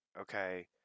okay